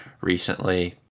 recently